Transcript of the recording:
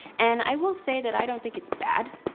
and, i will say that i don't think it's bad.